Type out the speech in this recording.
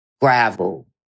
gravel